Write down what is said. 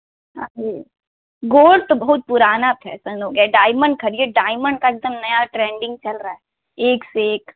gold तो बहुत पुराना फैसन हो गया डाइमंड खरिए डाइमंड का एकदम नया ट्रेंडिंग चल रहा है एक से एक